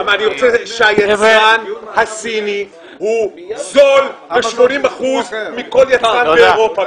היצרן הסיני הוא זול ב-80 אחוזים מכל יצרן באירופה.